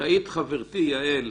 ותעיד חברתי יעל,